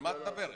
על מה את מדברת?